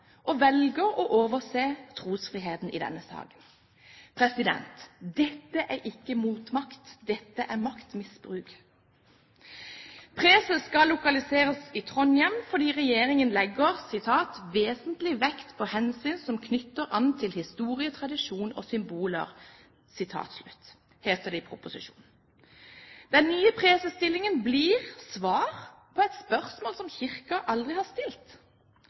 og velger å overse trosfriheten i denne saken. Dette er ikke motmakt, dette er maktmisbruk. Preses skal lokaliseres i Trondheim fordi regjeringen legger «vesentlig vekt på hensyn som knytter an til historie, tradisjon og symboler», heter det i meldingen. Den nye presesstillingen blir svar på et spørsmål som Kirken aldri har stilt.